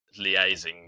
liaising